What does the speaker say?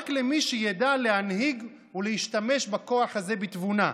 רק למי שידע להנהיג ולהשתמש בכוח הזה בתבונה: